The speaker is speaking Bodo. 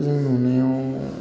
जों नुनायाव